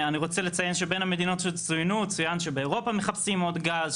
אני רוצה לציין שבין המדינות שצוינו צוין שבאירופה מחפשים עוד גז,